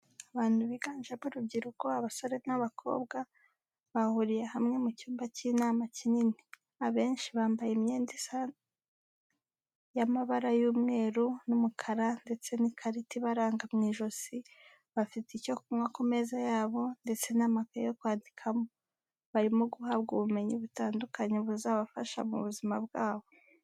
Abantu biganjemo urubyiruko abasore n'abakobwa bahuriye hamwe mu cyumba cy'inama kinini, abenshi bambaye imyenda isa y'amabara y'umweru n'umukara ndetse n'ikarita ibaranga mu ijosi bafite icyo kunywa ku meza yabo ndetse n'amakaye yo kwandikamo, barimo guhabwa ubumenyi butandukanye buzabafasha mu buzima bwabo.